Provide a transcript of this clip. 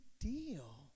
deal